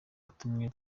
yatumye